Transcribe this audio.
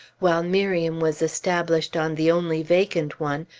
while miriam was established on the only vacant one,